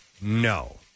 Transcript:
No